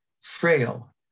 frail